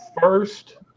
first